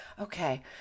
Okay